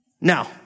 Now